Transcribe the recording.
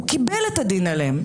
הוא קיבל את הדין עליהם.